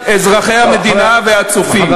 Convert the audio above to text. אזרחי המדינה והצופים,